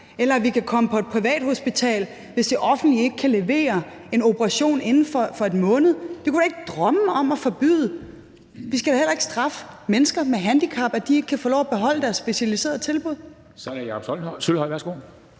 at vi kan komme på et privathospital, hvis det offentlige ikke kan levere en operation inden for en måned. Det kunne vi da ikke drømme om at forbyde. Vi skal da heller ikke straffe mennesker med handicap, ved at de ikke kan få lov til at beholde deres specialiserede tilbud. Kl.